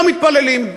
לא מתפללים.